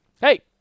hey